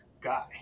guy